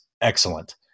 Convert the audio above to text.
excellent